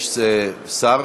מסעוד